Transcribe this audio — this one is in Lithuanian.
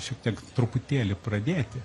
šiek tiek truputėlį pradėti